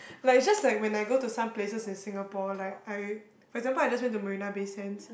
like just like when I go to some places in Singapore like I for example I just went to Marina-Bay-Sands